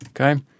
Okay